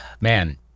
man